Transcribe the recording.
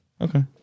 Okay